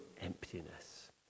emptiness